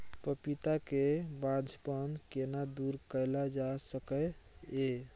पपीता के बांझपन केना दूर कैल जा सकै ये?